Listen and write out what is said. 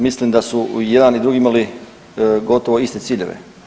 Mislim da su i jedan i drugi imali gotovo iste ciljeve.